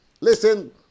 Listen